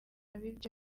ibyo